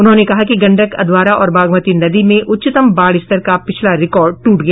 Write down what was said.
उन्होंने कहा कि गंडक अधवारा और बागमती नदी में उच्चतम बाढ़ स्तर का पिछला रिकॉर्ड ट्रट गया